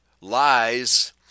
lies